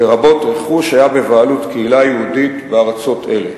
לרבות רכוש שהיה בבעלות קהילה יהודית בארצות אלה.